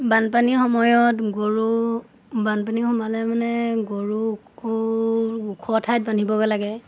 বানপানীৰ সময়ত গৰু বানপানী সোমালে মানে গৰু ওখ ঠাইত বান্ধিবগৈ লাগে